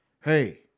hey